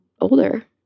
older